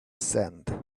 sand